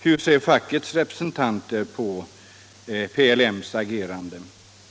Hur - mars och Limmaser fackets representanter på PLM:s agerande?